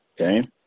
okay